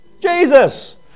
Jesus